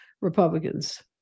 republicans